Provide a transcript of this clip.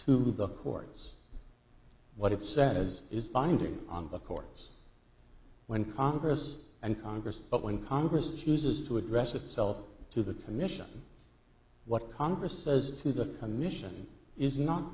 to the courts what it says is binding on the courts when congress and congress but when congress chooses to address itself to the commission what congress says to the commission is not